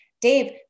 Dave